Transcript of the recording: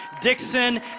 Dixon